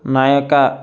నా యొక్క